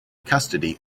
custody